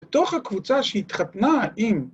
‫בתוך הקבוצה שהתחתנה עם...